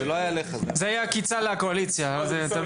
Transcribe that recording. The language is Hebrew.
זו הייתה עקיצה לקואליציה.